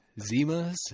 Zimas